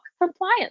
Compliance